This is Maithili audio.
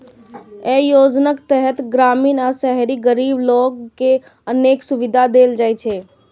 अय योजनाक तहत ग्रामीण आ शहरी गरीब लोक कें अनेक सुविधा देल जाइ छै